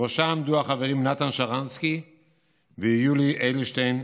בראשה עמדו החברים נתן שרנסקי ויולי אדלשטיין,